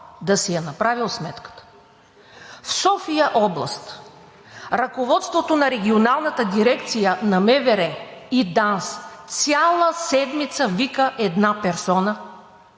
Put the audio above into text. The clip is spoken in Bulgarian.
да си е направил сметката. В София област ръководството на Регионалната дирекция на МВР и ДАНС цяла седмица вика една персона,